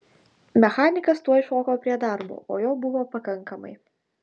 mechanikas tuoj šoko prie darbo o jo buvo pakankamai